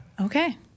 Okay